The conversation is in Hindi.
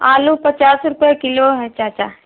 आलू पचास रुपये किलो है चाचा